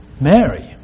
Mary